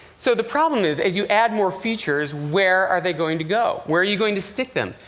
so the problem is as you add more features, where are they going to go? where are you going to stick them?